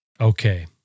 okay